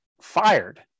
fired